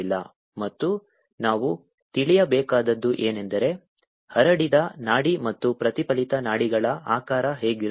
ಮತ್ತು ನಾವು ತಿಳಿಯಬೇಕಾದದ್ದು ಏನೆಂದರೆ ಹರಡಿದ ನಾಡಿ ಮತ್ತು ಪ್ರತಿಫಲಿತ ನಾಡಿಗಳ ಆಕಾರ ಹೇಗಿರುತ್ತದೆ